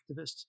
activists